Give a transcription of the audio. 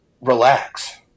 relax